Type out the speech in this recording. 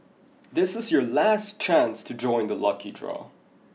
this is your last chance to join the lucky draw